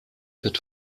wird